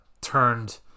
turned